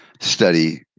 study